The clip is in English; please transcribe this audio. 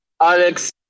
Alex